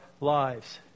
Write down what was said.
lives